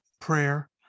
prayer